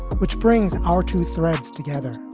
which brings our two threads together. i